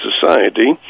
society